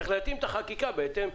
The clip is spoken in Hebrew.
צריך להתאים את החקיקה בהתאם.